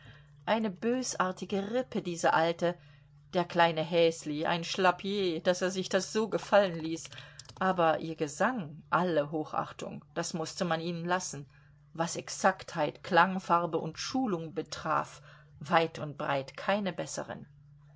eine bösartige rippe diese alte der kleine häsli ein schlappier daß er sich das so gefallen ließ aber ihr gesang alle hochachtung das mußte man ihnen lassen was exaktheit klangfarbe und schulung betraf weit und breit keine besseren